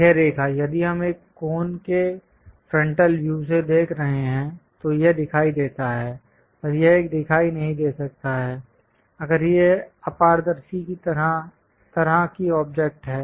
यह रेखा यदि हम एक कोन के फ्रंटल व्यू से देख रहे हैं तो यह दिखाई देता है और यह एक दिखाई नहीं दे सकता है अगर यह अपारदर्शी तरह की ऑब्जेक्ट है